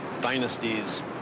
dynasties